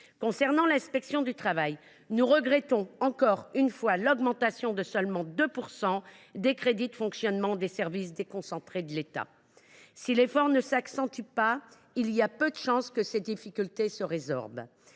viens à l’inspection du travail : nous regrettons encore une fois l’augmentation de seulement 2 % des crédits de fonctionnement des services déconcentrés. Si l’effort ne s’accentue pas, il y a peu de chance que ses difficultés se résorbent.